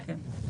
כן.